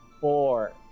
four